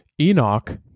Enoch